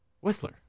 whistler